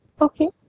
Okay